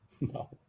No